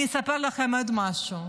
אני אספר לכם עוד משהו.